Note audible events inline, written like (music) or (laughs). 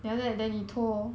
(laughs)